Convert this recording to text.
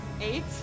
Eight